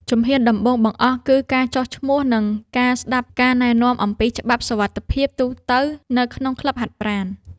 ជំហានដំបូងបង្អស់ គឺការចុះឈ្មោះ និងការស្ដាប់ការណែនាំអំពីច្បាប់សុវត្ថិភាពទូទៅនៅក្នុងក្លឹបហាត់ប្រាណ។